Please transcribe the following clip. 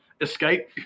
escape